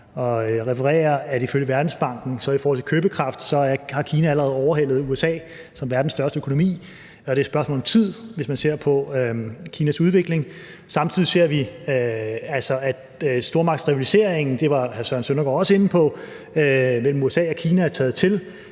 at referere, at ifølge Verdensbanken har Kina i forhold til købekraft allerede overhalet USA som verdens største økonomi. Det er et spørgsmål om tid, hvis man ser på Kinas udvikling. Samtidig ser vi altså, at stormagtsrivaliseringen mellem USA og Kina er taget til;